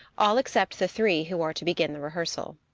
all except the three who are to begin the rehearsal.